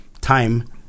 time